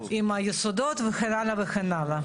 היסודות וכן הלאה וכן הלאה.